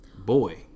boy